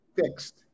fixed